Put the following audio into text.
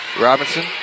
Robinson